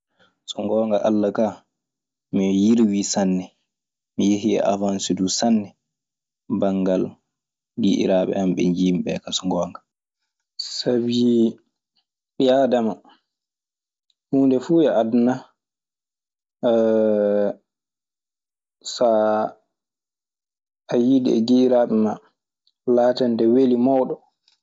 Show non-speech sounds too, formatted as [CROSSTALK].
So ngoonnga Alla kaa mi yirwii sanne. Mi yehii e awance duu sanne banngal giƴiraaɓe an. Ɓe njiimi ɓee kaa so ngoonga. Sabi ɓii aadama huunde fuu e aduna [HESITATION] saa [HESITATION] a yiidii e giƴiraaɓe maa, laatante weli mawɗo.